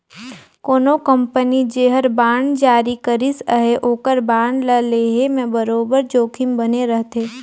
कोनो कंपनी जेहर बांड जारी करिस अहे ओकर बांड ल लेहे में बरोबेर जोखिम बने रहथे